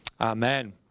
Amen